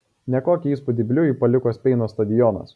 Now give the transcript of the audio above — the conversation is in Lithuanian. nekokį įspūdį bliujui paliko speino stadionas